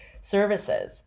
services